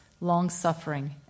long-suffering